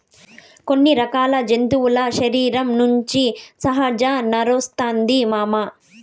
కొన్ని రకాల జంతువుల శరీరం నుంచి కూడా సహజ నారొస్తాది మామ